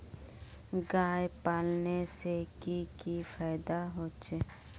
गाय पालने से की की फायदा होचे?